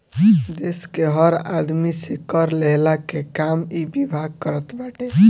देस के हर आदमी से कर लेहला के काम इ विभाग करत बाटे